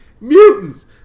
mutants